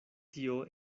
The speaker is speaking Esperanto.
tio